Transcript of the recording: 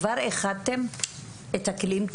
כבר איחדתם את הכלים?